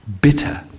bitter